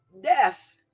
death